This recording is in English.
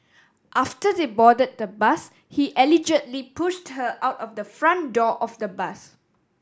after they boarded the bus he allegedly pushed her out of the front door of the bus